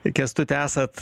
kęstuti esat